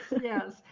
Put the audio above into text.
yes